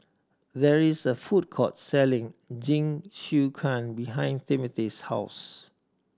there is a food court selling Jingisukan behind Timothy's house